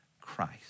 Christ